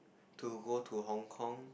to go to Hong-Kong